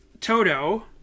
Toto